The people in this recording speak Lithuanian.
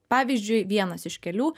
pavyzdžiui vienas iš kelių